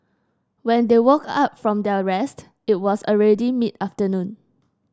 when they woke up from their rest it was already mid afternoon